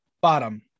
bottom